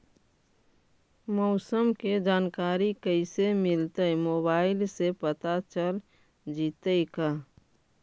मौसम के जानकारी कैसे मिलतै मोबाईल से पता चल जितै का?